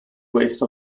waste